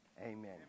Amen